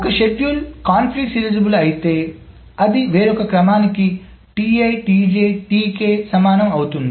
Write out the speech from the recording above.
ఒక షెడ్యూల్ సంఘర్షణ సీరియలైజబుల్ అయితే అది వేరొక క్రమానికి సమానం అవుతుంది